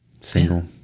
Single